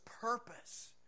purpose